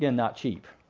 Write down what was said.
and not cheap.